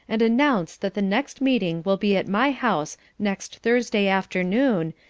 and announce that the next meeting will be at my house next thursday afternoon,